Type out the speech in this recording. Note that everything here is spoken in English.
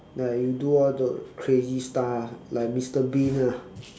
like you do all the crazy stuff like mister bean ah